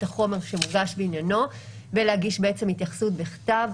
החומר שמוגש בעניינו ולהגיש התייחסות בכתב.